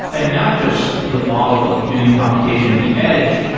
and not just the model of doing computation at the edge,